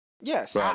Yes